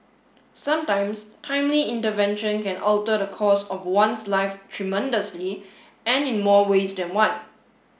sometimes timely intervention can alter the course of one's life tremendously and in more ways than one